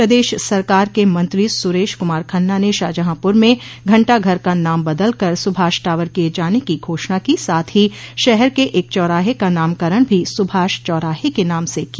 प्रदेश सरकार के मंत्री सुरेश कुमार खन्ना ने शाहजहांपुर में घंटाघर का नाम बदल कर सुभाष टॉवर किये जाने की घोषणा की साथ ही शहर के एक चौराहे का नामकरण भी सुभाष चौराहे के नाम से किया